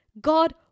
God